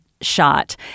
shot